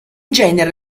genere